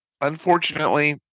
Unfortunately